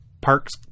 Park's